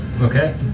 Okay